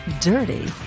Dirty